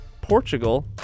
portugal